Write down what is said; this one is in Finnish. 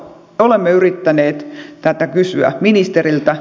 olemme yrittäneet tätä kysyä ministeriltä